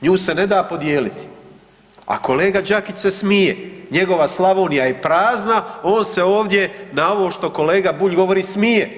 Nju se ne da podijeliti a kolega Đakić se smije, njegova Slavonija je prazna, on se ovdje na ovo što kolega Bulj govori, smije.